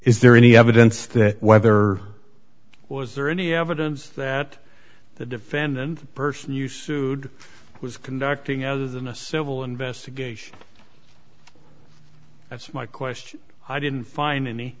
is there any evidence that whether was there any evidence that the defendant the person you sued was conducting other than a civil investigation that's my question i didn't find any